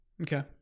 Okay